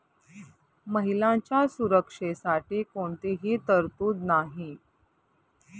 महिलांच्या सुरक्षेसाठी कोणतीही तरतूद नाही